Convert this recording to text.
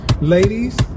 Ladies